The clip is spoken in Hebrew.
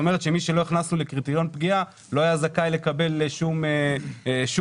מי שלא הכנסנו לקריטריון פגיעה לא היה זכאי לקבל שום עזרה.